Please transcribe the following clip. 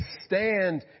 stand